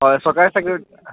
হয় চৰকাৰী চাকৰি